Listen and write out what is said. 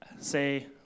say